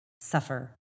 suffer